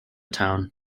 town